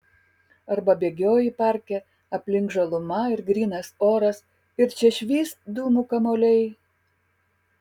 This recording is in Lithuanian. arba bėgioji parke aplink žaluma ir grynas oras ir čia švyst dūmų kamuoliai